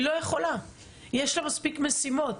יש לה מספיק משימות.